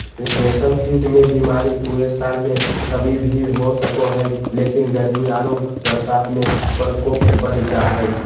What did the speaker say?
रेशम कीट मे बीमारी पूरे साल में कभी भी हो सको हई, लेकिन गर्मी आरो बरसात में प्रकोप बढ़ जा हई